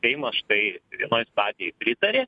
seimas štai vienoj stadijoj pritarė